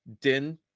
Din